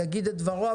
יגיד את דברו,